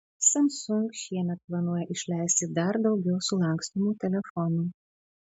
samsung šiemet planuoja išleisti dar daugiau sulankstomų telefonų